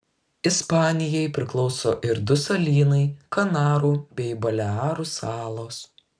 ispanijai priklauso ir du salynai kanarų bei balearų salos